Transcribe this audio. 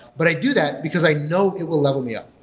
but i do that because i know it will level me up,